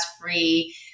free